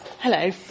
Hello